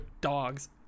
dogs